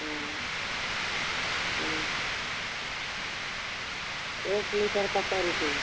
हाँ हाँ एक लीटर का सौ रुपया